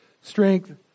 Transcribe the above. Strength